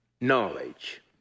knowledge